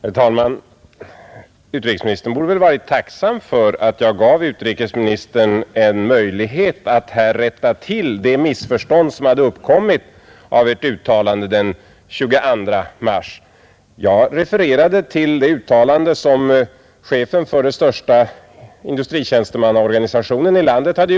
Herr talman! Utrikesministern borde väl vara tacksam för att jag gav honom en möjlighet att här rätta till ett missförstånd som uppkommit av uttalandet den 22 mars. Jag refererade till det uttalande som chefen för den största industritjänstemannaorganisationen i landet gjorde.